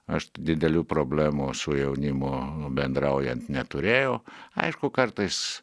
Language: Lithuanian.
aš didelių problemų su jaunimu bendraujant neturėjau aišku kartais